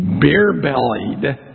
beer-bellied